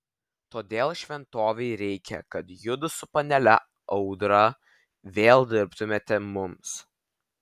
todėl šventovei reikia kad judu su panele audra vėl dirbtumėte mums